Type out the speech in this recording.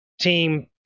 team